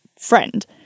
friend